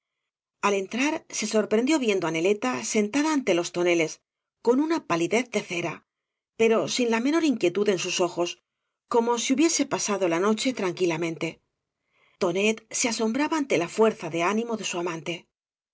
al entrar se sorprendió viendo á neleta sentada ante los toneles con una palidez de cera pero sin la menor inquietud en sus ojos coma si hubiese pasado la noche tranquilamente tonet se asombraba ante la fuerza de ánimo de su amante